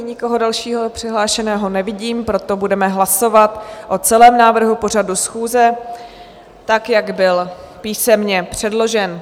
Nyní nikoho dalšího přihlášeného nevidím, proto budeme hlasovat o celém návrhu pořadu schůze, tak jak byl písemně předložen.